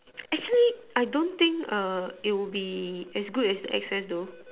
actually I don't think err it will be as good as the X S though